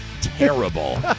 terrible